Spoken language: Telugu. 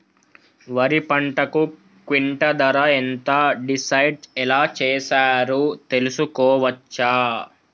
వరి పంటకు క్వింటా ధర ఎంత డిసైడ్ ఎలా చేశారు తెలుసుకోవచ్చా?